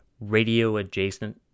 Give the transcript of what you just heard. radio-adjacent